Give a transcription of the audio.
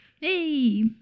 Hey